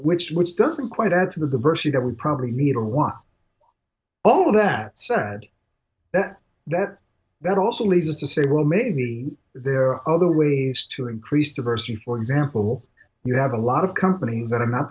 which which doesn't quite add to the diversity that we probably need or want all of that said that also leads us to say well maybe there are other ways to increase diversity for example you have a lot of companies that amount